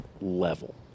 level